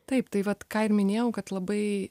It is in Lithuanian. taip tai vat ką ir minėjau kad labai